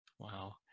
Wow